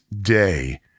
day